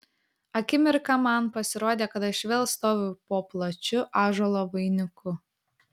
akimirką man pasirodė kad aš vėl stoviu po plačiu ąžuolo vainiku